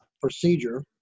procedure